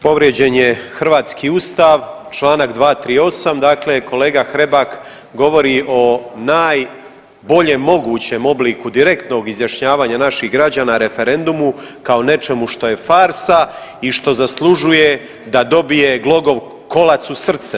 Povrijeđen je hrvatski Ustav čl. 238. dakle kolega Hrebak govori o najbolje mogućem obliku direktnog izjašnjavanja naših građana referendumu kao nečemu što je farsa i što zaslužuje da dobije glogov kolac u srce.